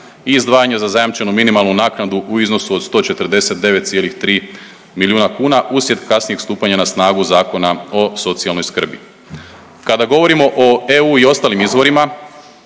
izdvajanje za zajamčenu minimalnu naknadu u iznosu od 149,3 milijuna kuna uslijed kasnijeg stupanja na snagu Zakona o socijalnoj skrbi. Kada govorimo o EU i ostalim izvorima